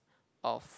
of